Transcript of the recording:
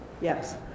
yes